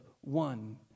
one